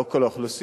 לא כל האוכלוסיות,